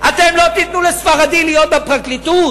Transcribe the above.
אתם לא תיתנו לספרדי להיות בפרקליטות,